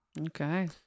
Okay